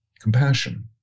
compassion